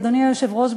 אדוני היושב-ראש,